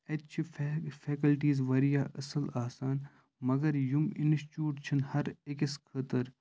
اَتہِ چھِ فیے فیکلٹیٖز واریاہ اَصٕل آسان مگر یِم اِنسچُوٹ چھِنہٕ ہَر أکِس خٲطرٕ